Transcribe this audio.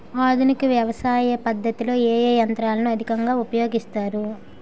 ఆధునిక వ్యవసయ పద్ధతిలో ఏ ఏ యంత్రాలు అధికంగా ఉపయోగిస్తారు?